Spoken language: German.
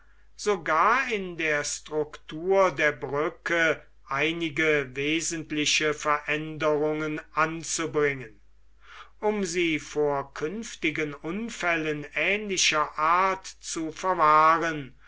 sogar in der struktur der brücke einige wesentliche veränderungen anzubringen um sie vor künftigen unfällen ähnlicher art zu verwahren